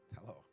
Hello